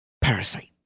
Parasite